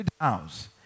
house